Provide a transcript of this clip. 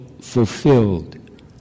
fulfilled